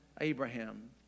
Abraham